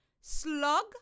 slug